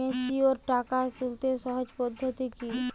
Mature টাকা তুলতে সহজ পদ্ধতি কি?